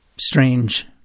strange